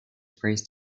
praised